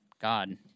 God